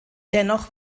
dennoch